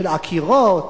של עקירות,